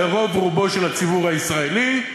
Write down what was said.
לרוב-רובו של הציבור הישראלי,